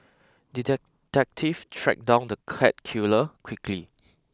the tracked down the cat killer quickly